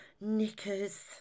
knickers